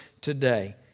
today